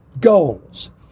Goals